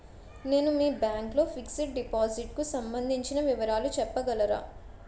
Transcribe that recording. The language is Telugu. నేను మీ బ్యాంక్ లో ఫిక్సడ్ డెపోసిట్ కు సంబందించిన వివరాలు చెప్పగలరా?